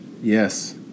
Yes